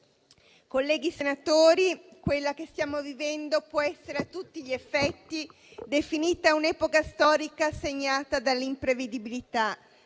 colleghi senatori, quella che stiamo vivendo può essere a tutti gli effetti definita un'epoca storica segnata dall'imprevedibilità,